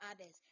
others